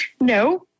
No